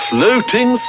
Floating